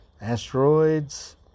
Asteroids